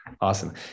Awesome